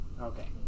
Okay